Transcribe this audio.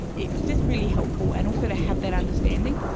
it's just really helpful, and also to have that understanding.